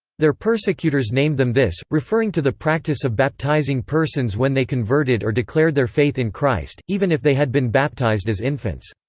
their persecutors named them this, referring to the practice of baptizing persons when they converted or declared their faith in christ, even if they had been baptized as infants.